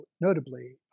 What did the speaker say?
notably